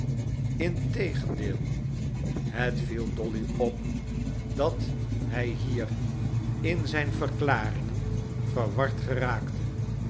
integendeel het viel dolly op dat hij hier in zijn verklaringen verward geraakte